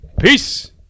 Peace